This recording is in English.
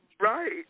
Right